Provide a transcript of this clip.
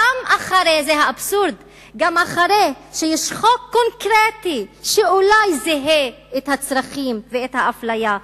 גם אחרי שיש חוק קונקרטי שאולי זיהה את הצרכים ואת האפליה,